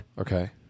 Okay